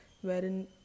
wherein